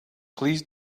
please